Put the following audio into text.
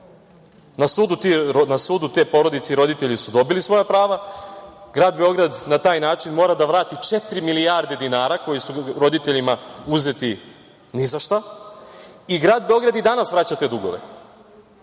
Na sudu te porodice i roditelji su dobili svoja prava, grad Beograd na taj način mora da vrati četiri milijarde dinara koje su roditeljima uzeti ni za šta i grad Beograd i danas vraća te dugove,